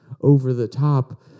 over-the-top